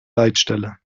leitstelle